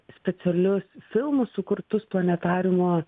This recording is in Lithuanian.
specialius filmus sukurtus planetariumo